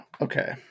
Okay